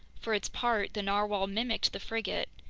for its part, the narwhale mimicked the frigate,